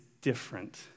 different